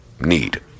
need